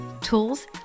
tools